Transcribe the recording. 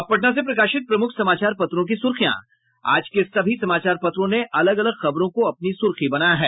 अब पटना से प्रकाशित प्रमुख समाचार पत्रों की सुर्खियां आज के सभी समाचार पत्रों ने अलग अलग खबरों को अपनी सुर्खी बनायी है